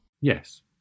Yes